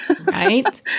Right